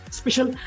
special